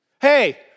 Hey